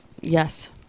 Yes